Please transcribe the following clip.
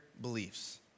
beliefs